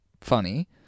funny